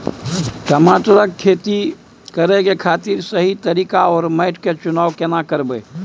टमाटर की खेती करै के खातिर सही तरीका आर माटी के चुनाव केना करबै?